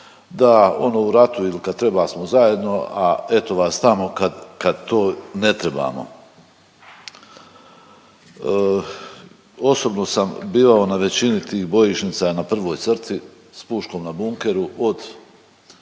da ono u ratu ili kad treba smo zajedno, a eto vas tamo kad, kad to ne trebamo. Osobno sam bio na većini tih bojišnica na prvoj crti s puškom na bunkeru od